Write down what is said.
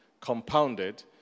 compounded